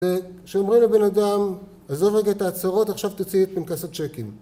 כשאומרים לבן אדם, עזוב רגע את ההצהרות, עכשיו תוציא את פנקס הצ'קים